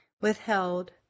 withheld